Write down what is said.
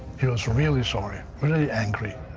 he was really sorry, really angry.